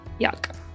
Yuck